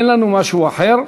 אין לנו משהו אחר.